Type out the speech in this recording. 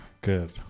Good